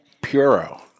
Puro